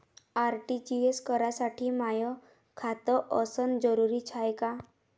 RTGS करासाठी माय खात असनं जरुरीच हाय का?